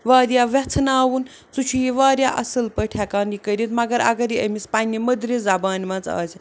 واریاہ یژھناوُن سُہ چھُ یہِ واریاہ اصٕل پٲٹھۍ ہیٚکان یہِ کٔرِتھ مگر اگر یہِ أمِس پننہِ مٔدرِ زبانہِ منٛز آسہِ